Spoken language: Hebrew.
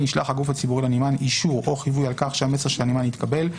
ישלח הגוף הציבורי לנמען אישור או חיווי על כך שהמסר של הנמען התקבל,